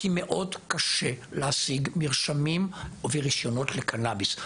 כי מאוד קשה להשיג מרשמים ורשיונות לקנביס.